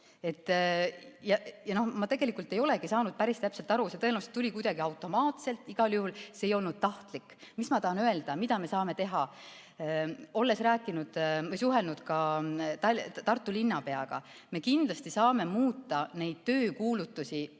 Ma tegelikult ei saanud päris täpselt aru, see tõenäoliselt tuli kuidagi automaatselt, igal juhul see ei olnud tahtlik. Mis ma tahan öelda, mida me saame teha? Olen rääkinud, suhelnud ka Tartu linnapeaga. Me kindlasti saame muuta töökuulutusi paremaks,